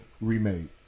remade